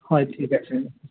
হয় ঠিক আছে